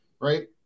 right